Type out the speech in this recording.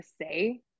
say